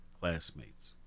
classmates